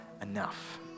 enough